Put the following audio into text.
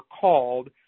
called